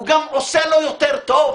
זה גם עושה לו יותר טוב.